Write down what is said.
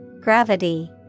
Gravity